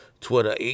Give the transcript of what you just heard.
Twitter